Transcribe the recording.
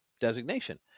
designation